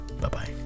Bye-bye